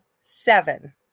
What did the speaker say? seven